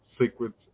Secrets